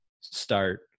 start